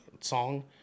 song